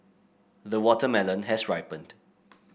the watermelon has ripened